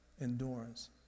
endurance